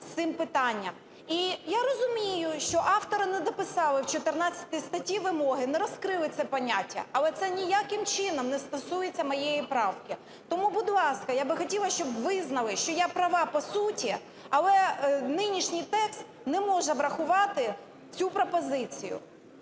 з цим питанням. І я розумію, що автори не дописали в 14 статті вимоги, не розкрили це поняття, але це ніяким чином не стосується моєї правки. Тому, будь ласка, я би хотіла, щоб визнали, що я права по суті, але нинішній текст не може врахувати цю пропозицію.